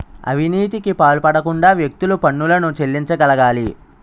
అవినీతికి పాల్పడకుండా వ్యక్తులు పన్నులను చెల్లించగలగాలి